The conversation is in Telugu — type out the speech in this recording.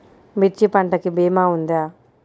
మిర్చి పంటకి భీమా ఉందా?